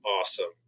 awesome